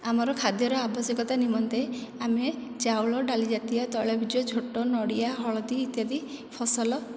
ଆମର ଖାଦ୍ୟ ର ଆବଶ୍ୟକତା ନିମନ୍ତେ ଆମେ ଚାଉଳ ଡାଲି ଜାତୀୟ ତୈଳବୀଜ ଝୋଟ ନଡ଼ିଆ ହଳଦୀ ଇତ୍ୟାଦି ଫସଲ